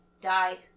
die